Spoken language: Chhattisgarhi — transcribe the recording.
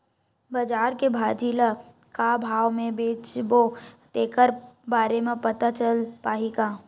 बजार में भाजी ल का भाव से बेचबो तेखर बारे में पता चल पाही का?